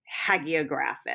hagiographic